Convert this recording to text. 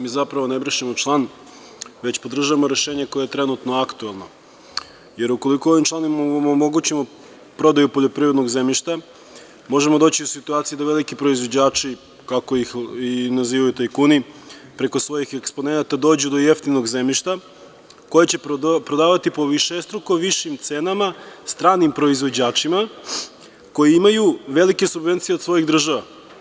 Mi zapravo ne brišemo član, već podržavamo rešenje koje je trenutno aktuelno, jer ukoliko ovim članom omogućimo prodaju poljoprivrednog zemljišta možemo doći u situaciju da veliki proizvođači, kako ih nazivaju „tajkuni“ preko svojih eksponenata dođu do jeftinog zemljišta koje će prodavati po višestruko višim cenama stranim proizvođačima koji imaju velike subvencije od svojih država.